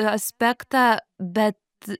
aspektą bet